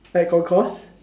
I on course